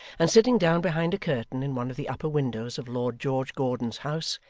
and sitting down behind a curtain in one of the upper windows of lord george gordon's house,